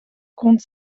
compte